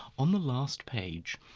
on the last page,